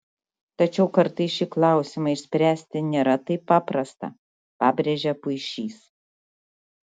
tačiau kartais šį klausimą išspręsti nėra taip paprasta pabrėžia puišys